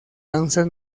danzas